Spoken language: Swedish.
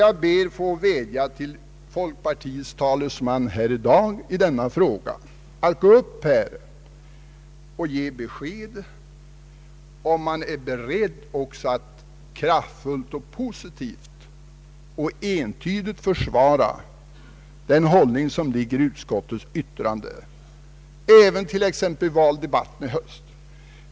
Jag vill vädja till folkpartiets talesman här i dag i denna fråga att ge besked om man är beredd att även i debatten i höst kraftfullt, positivt och entydigt försvara den hållning som ligger i utskottets yttrande.